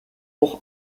pour